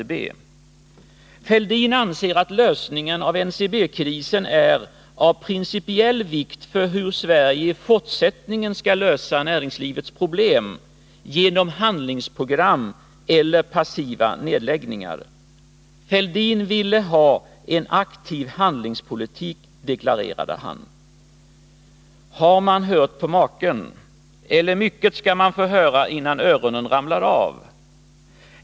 Thorbjörn Fälldin anser att lösningen av NCB-krisen är 'av principiell vikt för hur Sverige i fortsättningen skall lösa näringslivets problem — genom handlingsprogram eller passiva nedläggningar. Thorbjörn Fälldin ville ha en aktiv handlingspolitik, meddelade han. Har man hört på maken! Mycket skall man få höra innan öronen ramlar av!